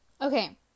Okay